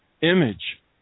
image